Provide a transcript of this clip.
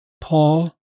Paul